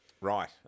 Right